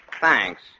thanks